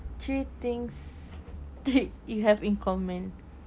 three things take you have in common